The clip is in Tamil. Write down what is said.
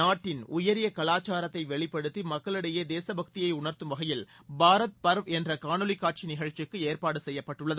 நாட்டின் உயரிய கலாச்சாரத்தை வெளிப்படுத்தி மக்களிடையே தேச பக்தியை உணர்த்தும் வகையில் பாரத் பர்வ் என்ற காணொலி காட்சி நிகழ்ச்சிக்கு ஏற்பாடு செய்யப்பட்டுள்ளது